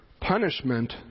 Punishment